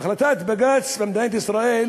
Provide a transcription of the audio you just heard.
החלטת בג"ץ במדינת ישראל